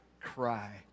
cry